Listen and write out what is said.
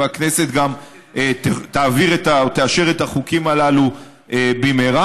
והכנסת גם תעביר או תאשר את החוקים הללו במהרה.